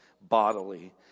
bodily